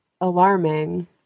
alarming